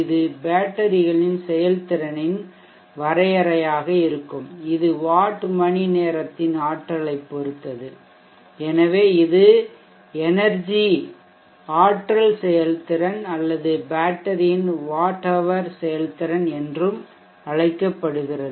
இது பேட்டரிகளின் செயல்திறனின் வரையறையாக இருக்கும் இது வாட் மணிநேரத்தின் ஆற்றலைப் பொறுத்தது எனவே இது எனெர்ஜிஆற்றல் செயல்திறன் அல்லது பேட்டரியின் வாட் ஹவர் செயல்திறன் என்றும் அழைக்கப்படுகிறது